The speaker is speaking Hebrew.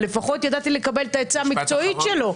אבל לפחות ידעתי לקבל את העצה המקצועית שלו.